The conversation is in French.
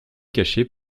caché